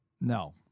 No